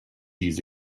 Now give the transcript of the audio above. use